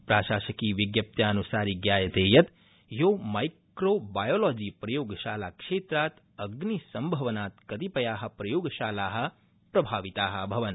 प्राशासकीय विज्ञप्त्यान्सारी ज्ञायते यत् ह्यो माइक्रो बायोलॉजी प्रयोगशालाक्षेत्रात् अग्निसम्भवनात् कतिपय प्रयोगशाला प्रभाविता अभवन्